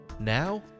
now